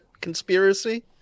conspiracy